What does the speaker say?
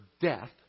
death